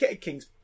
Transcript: Kings